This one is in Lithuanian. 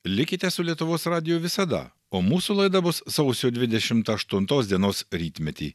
likite su lietuvos radiju visada o mūsų laida bus sausio dvidešimt aštuntos dienos rytmetį